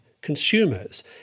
consumers